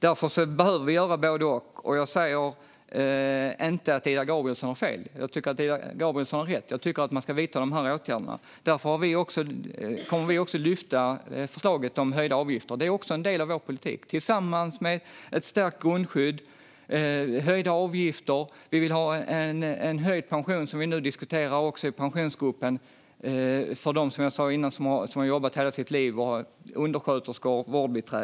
Därför behöver vi göra både och. Jag säger inte att Ida Gabrielsson har fel. Hon har rätt. Jag tycker att man ska vidta de åtgärderna. Därför kommer vi också att lyfta upp förslaget om höjda avgifter - det är en del av vår politik - tillsammans med ett stärkt grundskydd. Vi vill ha höjd pension för dem som har jobbat hela sina liv, som undersköterskor och vårdbiträden, vilket vi också diskuterar i Pensionsgruppen.